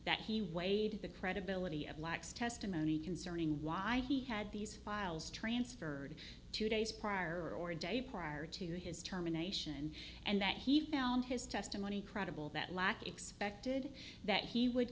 that he weighed the credibility of lacs testimony concerning why he had these files transferred two days prior or a day prior to his terminations and that he found his testimony credible that lacke expected that he would